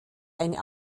eine